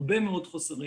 הרבה מאוד חוסרים.